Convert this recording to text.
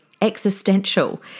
existential